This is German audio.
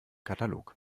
katalog